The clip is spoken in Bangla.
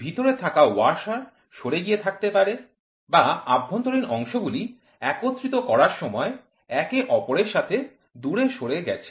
ভিতরে থাকা ওয়াশার সরে গিয়ে থাকতে পারে বা অভ্যন্তরীণ অংশ গুলি একত্রিত করার সময় একে অপরের থেকে দূরে সরে গেছে